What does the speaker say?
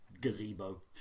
gazebo